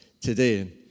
today